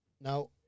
Now